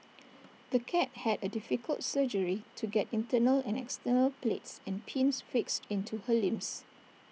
the cat had A difficult surgery to get internal and external plates and pins fixed into her limbs